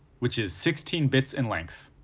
which is sixteen bits in length.